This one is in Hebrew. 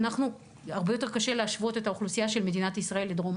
הרבה יותר קשה להשוות את האוכלוסייה של מדינת ישראל לדרום